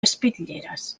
espitlleres